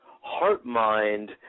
heart-mind